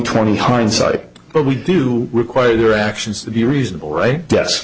twenty hindsight but we do require their actions to be reasonable right yes